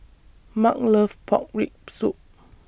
Mark loves Pork Rib Soup